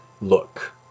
look